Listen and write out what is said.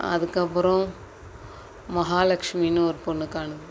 அதுக்கப்புறம் மகாலகஷ்மின்னு ஒரு பொண்ணுக்கு ஆனது